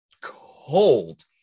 cold